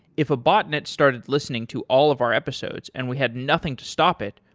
if a botnet started listening to all of our episodes and we had nothing to stop it,